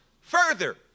further